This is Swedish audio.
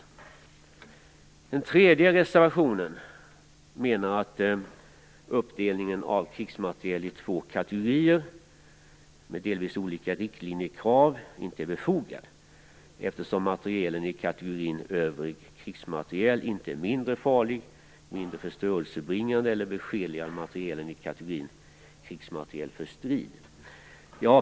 I den tredje reservationen menar man att uppdelningen av krigsmateriel i två kategorier med delvis olika riktlinjekrav inte är befogad, eftersom materielen i kategorin övrig krigsmateriel inte är mindre farlig, mindre förstörelsebringande eller beskedligare än materielen i kategorin krigsmateriel för strid.